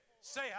Say